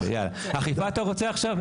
אכיפה אתה רוצה עכשיו?